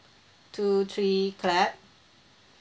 two three clap